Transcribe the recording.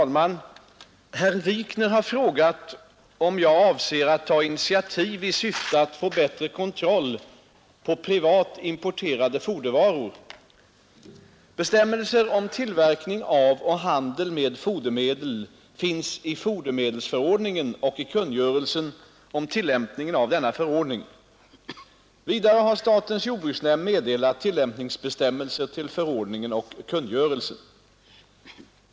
Om bättre kontroll Fru talman! Herr Wikner har frågat om jag avser att ta initiativ i syfte på privat importeatt få bättre kontroll på privat importerade fodervaror. rade fodervaror Bestämmelser om tillverkning av och handel med fodermedel finns i fodermedelsförordningen och i kungörelsen om tillämpningen av denna förordning. Vidare har statens jordbruksnämnd meddelat tillämpningsbestämmelser till förordningen och kungörelsen.